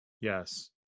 yes